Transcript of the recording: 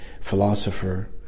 philosopher